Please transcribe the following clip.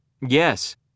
Yes